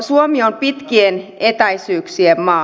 suomi on pitkien etäisyyksien maa